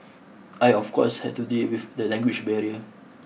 I of course had to deal with the language barrier